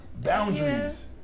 boundaries